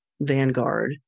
Vanguard